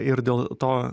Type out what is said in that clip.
ir dėl to